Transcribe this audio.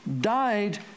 died